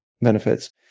benefits